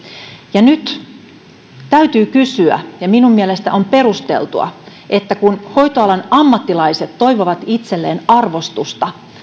ja nyt täytyy kysyä ja minun mielestäni on perusteltua että kun hoitoalan ammattilaiset toivovat itselleen arvostus